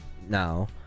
now